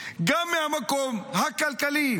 גם מהמקום הכלכלי